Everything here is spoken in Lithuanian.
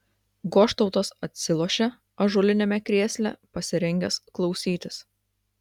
goštautas atsilošė ąžuoliniame krėsle pasirengęs klausytis